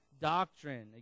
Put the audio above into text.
doctrine